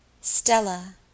Stella